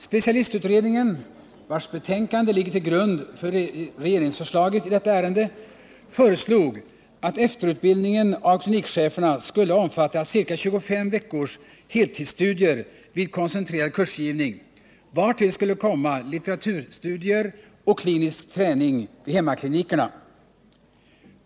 Specialistutredningen, vars betänkande ligger till grund för regeringsförslaget i detta ärende, föreslog att efterutbildningen av klinikcheferna skulle omfatta ca 25 veckors heltidsstudier vid koncentrerad kursgivning, vartill skulle komma litteraturstudier och klinisk träning vid hemmaklinikerna.